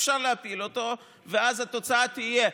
אפשר להפיל אותו ואז התוצאה תהיה,